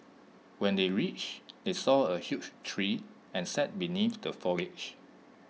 when they reached they saw A huge tree and sat beneath the foliage